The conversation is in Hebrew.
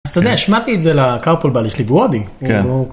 אז אתה יודע, השמעתי את זה לקרפול באדי שלי והוא הודי. כן.